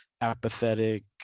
apathetic